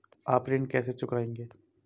आप ऋण कैसे चुकाएंगे?